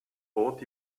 bot